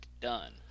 done